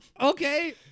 Okay